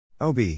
OB